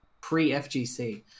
pre-FGC